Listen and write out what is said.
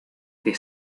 que